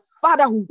fatherhood